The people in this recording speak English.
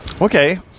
Okay